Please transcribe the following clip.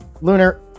Lunar